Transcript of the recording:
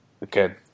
again